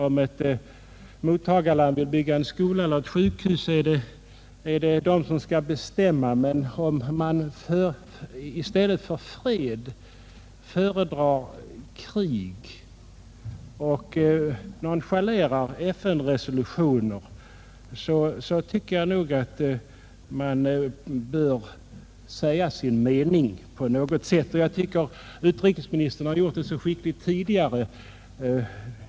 Om ett mottagarland vill bygga en skola eller ett sjukhus, skall vederbörande själv bestämma, men om man i stället för fred föredrar krig och nonchalerar FN-resolutioner, bör biståndsgivaren på något sätt framföra sin mening. Det har också utrikesministern gjort så skickligt tidigare.